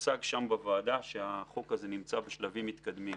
הוצג בוועדה שהחוק הזה נמצא בשלבים מתקדמים.